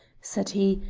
said he,